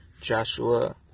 Joshua